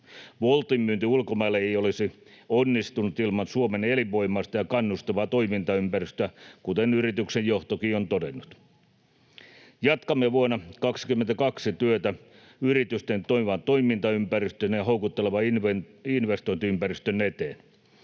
Woltin myynti ulkomaille ei olisi onnistunut ilman Suomen elinvoimaista ja kannustavaa toimintaympäristöä, kuten yrityksen johtokin on todennut. Jatkamme vuonna 22 työtä yritysten toimivan toimintaympäristön ja houkuttelevan investointiympäristön eteen.